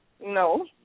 No